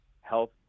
health